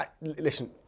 listen